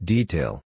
Detail